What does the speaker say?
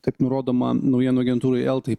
taip nurodoma naujienų agentūrai eltai